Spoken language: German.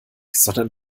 sondern